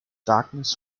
darkness